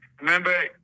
Remember